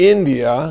India